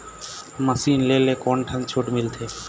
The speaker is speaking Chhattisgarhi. मशीन ले ले कोन ठन छूट मिलथे?